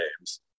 names